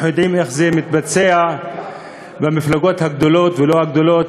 אנחנו יודעים איך זה מתבצע במפלגות הגדולות והלא-גדולות,